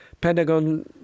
pentagon